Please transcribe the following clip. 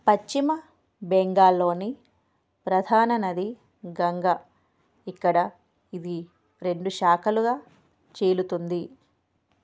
పశ్చిమ బెంగాల్లోని ప్రధాన నది గంగ ఇక్కడ ఇది రెండు శాఖలుగా చీలుతుంది